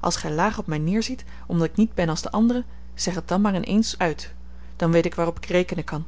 als gij laag op mij neerziet omdat ik niet ben als de anderen zeg het dan maar in eens uit dan weet ik waar ik op rekenen kan